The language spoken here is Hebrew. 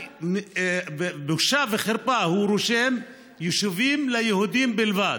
בושה וחרפה, הוא רושם יישובים ליהודים בלבד.